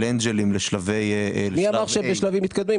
אנג'לים לשלבי -- מי אמר שהיא בשלבים מתקדמים,